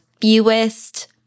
fewest